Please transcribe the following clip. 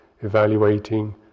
evaluating